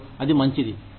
మరియు అది మంచిది